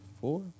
Four